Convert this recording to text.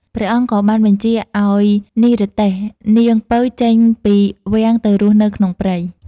ព្រះអង្គក៏បានបញ្ជាឲ្យនិរទេសនាងពៅចេញពីវាំងទៅរស់នៅក្នុងព្រៃ ។